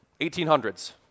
1800s